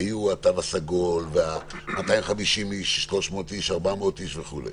היו לתו הסגול, ל-250 איש, 300 איש וכולי.